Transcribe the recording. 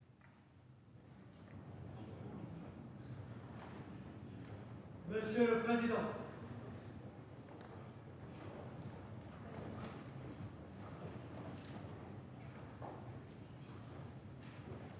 Monsieur le président,